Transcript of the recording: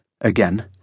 again